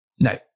no